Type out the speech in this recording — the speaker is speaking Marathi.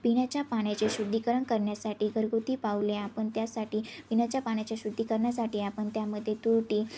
पिण्याच्या पाण्याचे शुद्धीकरण करण्यासाठी घरगुती पावले आपण त्यासाठी पिण्याच्या पाण्याच्या शुद्धी करण्यासाठी आपण त्यामध्ये तुरटी